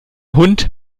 hund